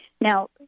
Now